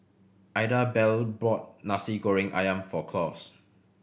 Idabelle bought Nasi Goreng Ayam for Claus